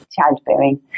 childbearing